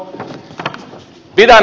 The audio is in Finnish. näin on